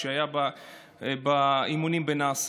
כשהיה באימונים בנאס"א.